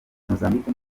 mozambique